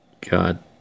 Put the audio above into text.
God